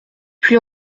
plus